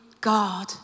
God